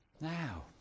now